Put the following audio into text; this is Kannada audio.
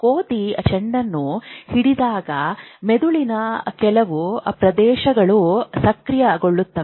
ಕೋತಿ ಚೆಂಡನ್ನು ಹಿಡಿದಾಗ ಮೆದುಳಿನ ಕೆಲವು ಪ್ರದೇಶಗಳು ಸಕ್ರಿಯಗೊಳ್ಳುತ್ತವೆ